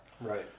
Right